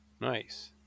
nice